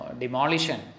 demolition